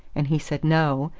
and he said no,